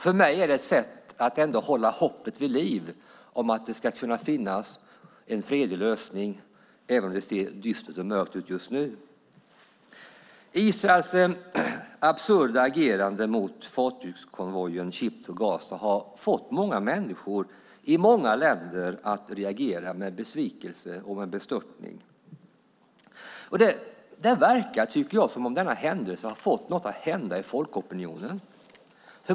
För mig är det ett sätt att hålla hoppet vid liv om att det ska finnas en fredlig lösning, även om det ser dystert ut just nu. Israels absurda agerande mot fartygskonvojen Ship to Gaza har fått många människor i många länder att reagera med besvikelse och bestörtning. Det verkar som om denna händelse har fått något att hända i folkopinionen.